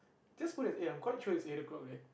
just put as eight I'm quite sure is eight o-clock leh